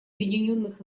объединенных